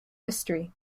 history